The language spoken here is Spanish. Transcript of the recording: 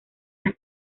las